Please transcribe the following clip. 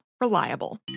Reliable